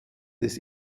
des